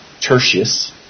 Tertius